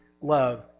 love